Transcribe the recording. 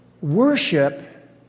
worship